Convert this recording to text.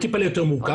זה טיפה יותר מורכב.